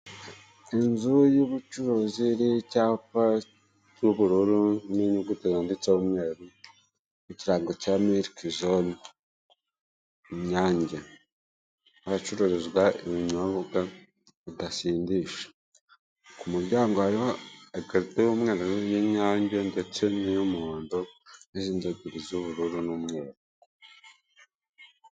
Inzu y'ubucuruzi iriho icyapa cy'ubururu n'inyuguti zanditseho umweru n'ikirango cya milk zone Inyange, ahacururizwa ibinyobwa bidasindisha. Ku muryango hariho ikarito y'umweru y'inyange ndetse n'iy'umuhondo n'izindi ebyiri z'ubururu n'umweru.